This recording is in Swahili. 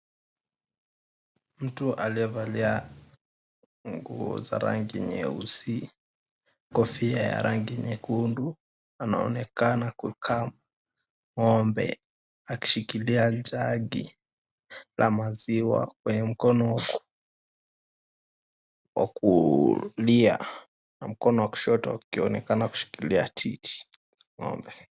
Mtu aliyevalia nguo za rangi nyeusi, kofia ya rangi nyekundu, anaonekana kukama ng'ombe, akishikilia jagi la maziwa kwenye mkono wa kulia na mkono wa kushoto akionekana kushikillia titi, ng'ombe.